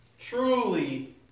truly